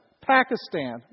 Pakistan